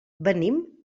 venim